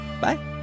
Bye